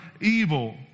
evil